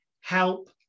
help